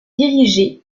dirigée